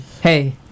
hey